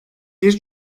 bir